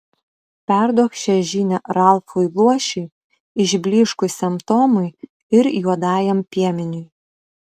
perduok šią žinią ralfui luošiui išblyškusiam tomui ir juodajam piemeniui